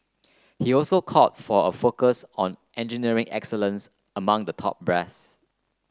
he also called for a focus on engineering excellence among the top brass